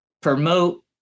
Promote